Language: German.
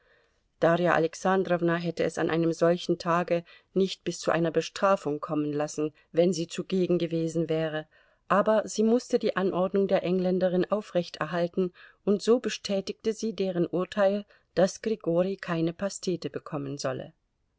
darja alexandrowna hätte es an einem solchen tage nicht bis zu einer bestrafung kommen lassen wenn sie zugegen gewesen wäre aber sie mußte die anordnung der engländerin aufrechterhalten und so bestätigte sie denn deren urteil daß grigori keine pastete bekommen solle